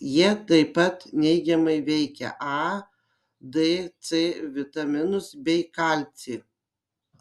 jie tai pat neigiamai veikia a d c vitaminus bei kalcį